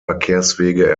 verkehrswege